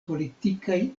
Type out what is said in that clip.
politikaj